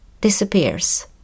disappears